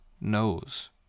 knows